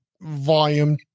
Volume